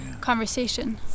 conversation